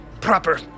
proper